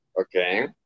Okay